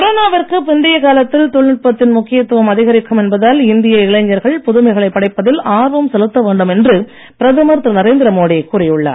கொரோனாவிற்கு பிந்தைய காலத்தில் தொழில்நுட்பத்தின் முக்கியத்துவம் அதிகரிக்கும் என்பதால் இந்திய இளைஞர்கள் புதுமைகளைப் படைப்பதில் ஆர்வம் செலுத்த வேண்டும் என்று பிரதமர் திரு நரேந்திர மோடி கூறியுள்ளார்